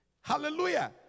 Hallelujah